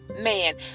man